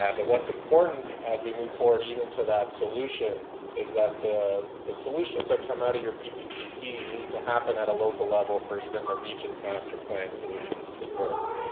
but what's important as we move forward even to that solution is that the the solutions that come out of your ppcp need to happen at a local level for even the region's master plan solutions to work.